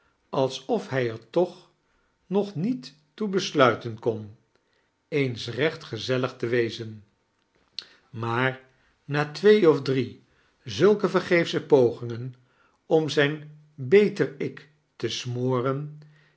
alsof hijer toch nog niet toe besluiteo kon eens reoht gezellig te wezen maar na twee of drie zulke vergeefsche pogingen om zijn beterik te smoreh